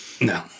No